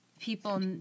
people